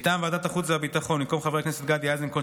מטעם ועדת החוץ והביטחון במקום חבר הכנסת גדי אייזנקוט,